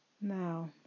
Now